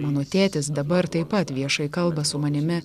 mano tėtis dabar taip pat viešai kalba su manimi